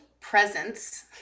presence